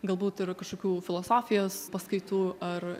galbūt ir kažkokių filosofijos paskaitų ar